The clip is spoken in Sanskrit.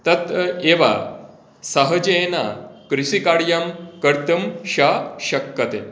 तत् एव सहजेन कृषिकार्यं कर्तुं सः शक्यते